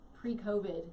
pre-COVID